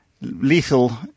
lethal